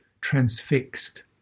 transfixed